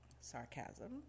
Sarcasm